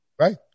Right